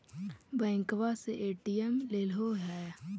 बैंकवा से ए.टी.एम लेलहो है?